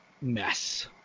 mess